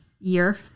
year